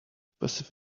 passive